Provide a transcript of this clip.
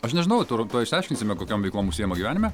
aš nežinau tur tuoj išsiaiškinsime kokiom veiklom užsiima gyvenime